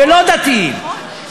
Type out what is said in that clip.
ולא דתיים,